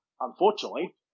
unfortunately